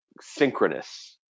synchronous